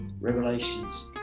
Revelations